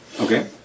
Okay